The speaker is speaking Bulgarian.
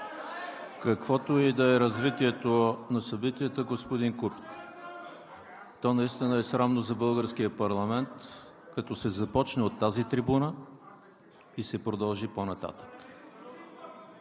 Каквото и да е развитието на събитията, господин Кутев, то наистина е срамно за българския парламент, като се започне от тази трибуна и се продължи по нататък.